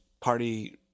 party